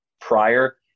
prior